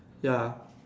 ya